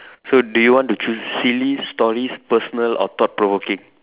so do you want to choose silly stories personal or thought provoking